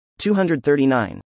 239